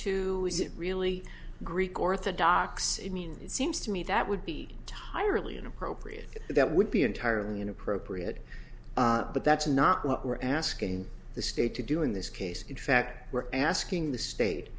it really greek orthodox i mean it seems to me that would be tire leean appropriate that would be entirely inappropriate but that's not what we're asking the state to do in this case in fact we're asking the state